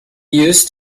used